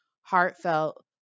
heartfelt